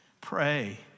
Pray